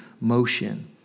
motion